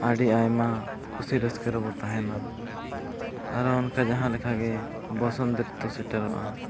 ᱟᱹᱰᱤ ᱟᱭᱢᱟ ᱠᱩᱥᱤ ᱨᱟᱹᱥᱠᱟᱹ ᱨᱮᱵᱚᱱ ᱛᱟᱦᱮᱱᱟ ᱟᱨᱚ ᱚᱱᱠᱟ ᱡᱟᱦᱟᱸ ᱞᱮᱠᱟ ᱜᱮ ᱵᱚᱥᱚᱱᱛᱚ ᱨᱤᱛᱩ ᱥᱮᱴᱮᱨᱚᱜᱼᱟ